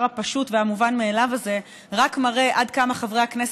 הפשוט והמובן-מאליו הזה רק מראה עד כמה חברי הכנסת,